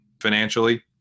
financially